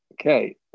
Okay